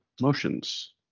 motions